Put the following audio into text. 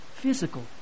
Physical